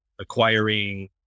acquiring